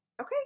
okay